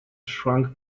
shrunk